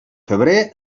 febrer